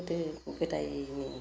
गोदो गोदायनि